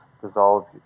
dissolve